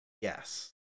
yes